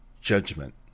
judgment